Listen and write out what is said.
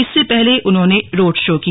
इससे पहले उन्होंने रोड़ शो किया